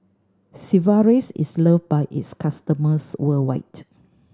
Sigvaris is loved by its customers worldwide